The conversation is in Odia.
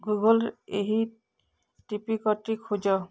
ଗୁଗଲ୍ ଏହି ଟପିକ୍ଟି ଖୋଜ